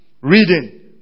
Reading